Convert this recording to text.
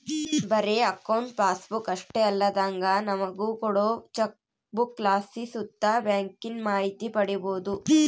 ಬರೇ account passbook ಅಷ್ಟೇ ಅಲ್ದಂಗ ನಮುಗ ಕೋಡೋ ಚೆಕ್ಬುಕ್ಲಾಸಿ ಸುತ ಬ್ಯಾಂಕಿಂದು ಮಾಹಿತಿ ಪಡೀಬೋದು